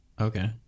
Okay